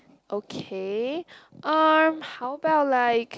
okay um how about like